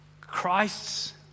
Christ's